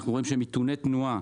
אנחנו רואים שמיתוני תנועה